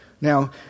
Now